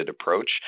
approach